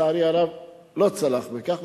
לצערי הרב לא צלחנו בכך.